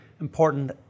important